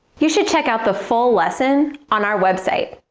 you should check out the full lesson on our website.